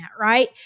right